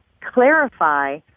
clarify